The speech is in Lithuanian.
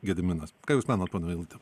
gediminas ką jūs mano pone meiluti